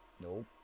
Nope